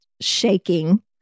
shaking